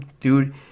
dude